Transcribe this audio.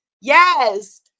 Yes